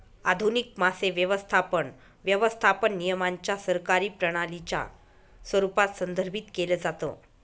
आधुनिक मासे व्यवस्थापन, व्यवस्थापन नियमांच्या सरकारी प्रणालीच्या स्वरूपात संदर्भित केलं जातं